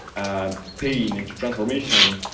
ah pain into transformation,